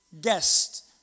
guest